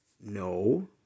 No